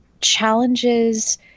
challenges